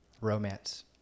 romance